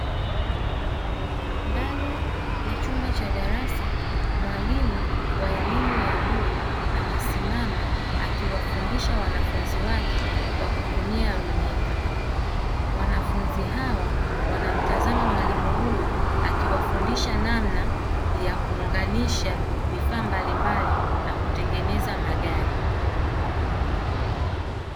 Ndani ya chumba cha darasa mwalimu wa elimu ya juu amesimama akiwafundisha wanafunzi wake kwa kutumia luninga, wanafunzi hawa wanamtazama mwalimu huyu akiwafundisha namna ya kuunganisha vifaa mbalimbali na kutengeneza magari.